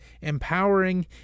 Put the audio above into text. empowering